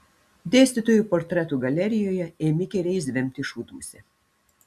dėstytojų portretų galerijoje ėmė įkyriai zvimbti šūdmusė